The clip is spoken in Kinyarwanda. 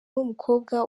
n’umukobwa